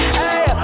hey